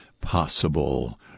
possible